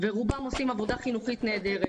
ורובם עושים עבודה חינוכית נהדרת.